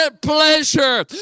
pleasure